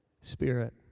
spirit